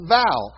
vow